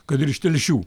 kad ir iš telšių